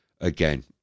again